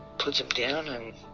puts them down and